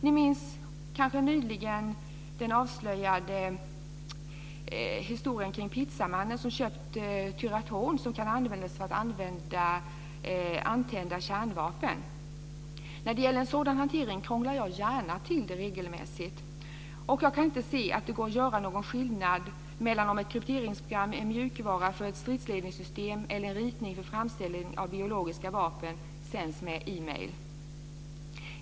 Ni minns kanske den nyligen avslöjade historien om pizzamannen som köpt tyratron som kan användas för att antända kärnvapen. När det gäller en sådan hantering krånglar jag gärna till det regelmässigt. Jag kan inte se att det går att göra någon skillnad mellan om ett krypteringsprogram, en mjukvara för ett stridsledningssystem eller en ritning för framställning av biologiska vapen sänds med ett mejl.